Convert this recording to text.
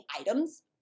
items